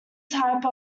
type